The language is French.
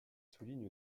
soulignent